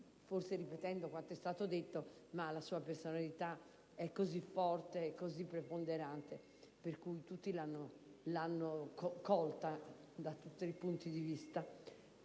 forse quanto è stato detto; ma la sua personalità era così forte e preponderante che tutti l'hanno colta da tutti i punti di vista.